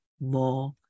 more